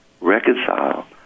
reconcile